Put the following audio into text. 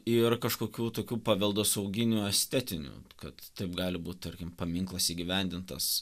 ir kažkokių tokių paveldosauginių estetinių kad taip gali būt tarkim paminklas įgyvendintas